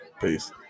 peace